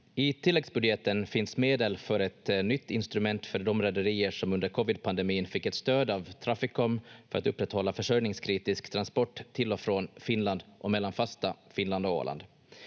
I tilläggsbudgeten finns medel för ett nytt instrument för de rederier som under covid-pandemin fick ett stöd av Traficom för att upprätthålla försörjningskritisk transport till och från Finland och mellan fasta Finland och Åland.